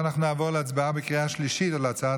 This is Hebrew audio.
אנחנו נעבור להצבעה בקריאה השלישית על הצעת